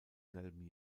selben